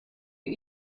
you